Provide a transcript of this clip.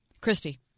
Christy